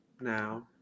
now